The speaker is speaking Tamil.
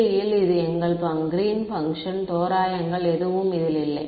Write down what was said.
3D இல் இது எங்கள் கிரீன்ஸ் பங்க்ஷன் Greens function தோராயங்கள் எதுவும் இதில் இல்லை